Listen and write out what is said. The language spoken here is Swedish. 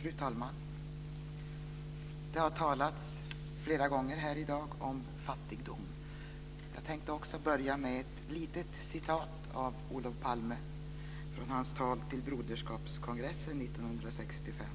Fru talman! Det har talats flera gånger här i dag om fattigdom. Jag tänkte också börja med ett litet citat av Olof Palme från hans tal vid Broderskapskongressen 1965: